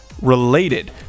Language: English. related